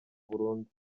burundu